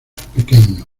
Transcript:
pequeño